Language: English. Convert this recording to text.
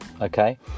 okay